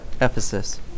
Ephesus